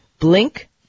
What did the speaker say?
Blink